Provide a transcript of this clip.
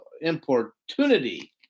importunity